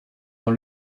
dans